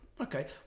Okay